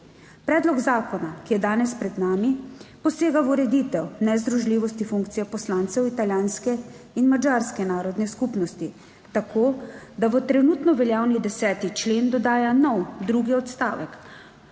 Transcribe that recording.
Predlog zakona, ki je danes pred nami, posega v ureditev nezdružljivosti funkcije poslancev italijanske in madžarske narodne skupnosti, tako da v trenutno veljavni 10. člen dodaja nov drugi odstavek,